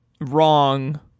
wrong